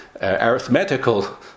arithmetical